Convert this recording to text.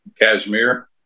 cashmere